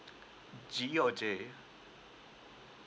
G or J